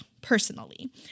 personally